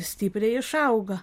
stipriai išauga